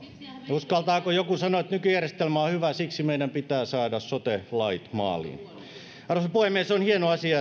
uskaltaako joku sanoa että nykyjärjestelmä on hyvä siksi meidän pitää saada sote lait maaliin arvoisa puhemies on hieno asia